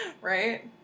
Right